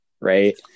right